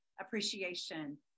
appreciation